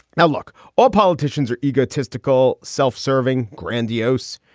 now, look, all politicians are egotistical, self-serving, grandiose.